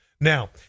Now